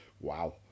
Wow